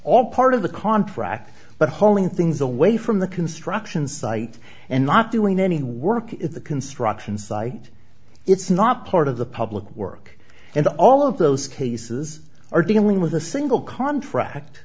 all part of the contract but hauling things away from the construction site and not doing any work at the construction site it's not part of the public work and all of those cases are dealing with a single contract